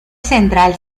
central